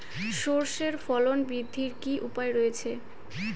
সর্ষের ফলন বৃদ্ধির কি উপায় রয়েছে?